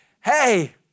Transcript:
hey